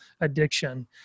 addiction